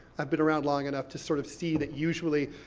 i've been around long enough to sort of see that usually,